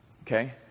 okay